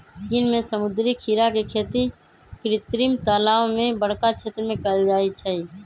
चीन में समुद्री खीरा के खेती कृत्रिम तालाओ में बरका क्षेत्र में कएल जाइ छइ